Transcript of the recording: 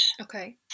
Okay